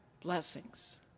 blessings